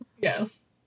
yes